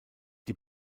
die